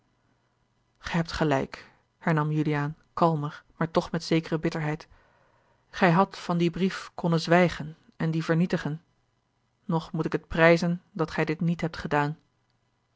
gij hebt gelijk hernam juliaan kalmer maar toch met zekere bitterheid gij hadt van dien brief konnen zwijgen en dien vernietigen nog moet ik het prijzen dat gij dit niet hebt gedaan